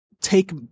take